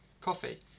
coffee